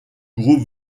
groupe